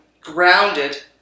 grounded